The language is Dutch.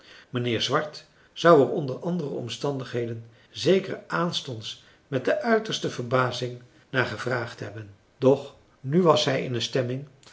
mijnheer swart zou er onder andere omstandigheden zeker aanstonds met de uiterste verbazing naar gevraagd hebben doch nu was hij in een stemming